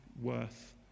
worth